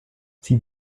sie